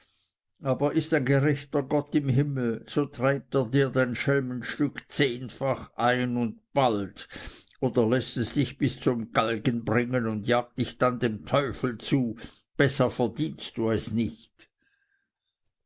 aber ist ein gerechter gott im himmel so treibt er dir dein schelmenstück zehnfach ein und bald oder läßt es dich bis zum galgen bringen und jagt dich dann dem teufel zu besser verdienst du es nicht